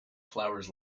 flowers